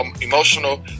emotional